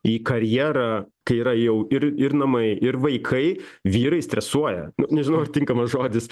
į karjerą kai yra jau ir ir namai ir vaikai vyrai stresuoja nežinau ar tinkamas žodis